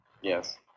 Yes